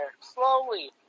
Slowly